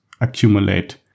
accumulate